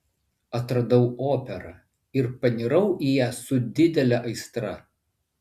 atradau operą ir panirau į ją su didele aistra